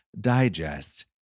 digest